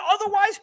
otherwise